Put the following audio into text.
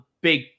big